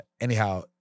anyhow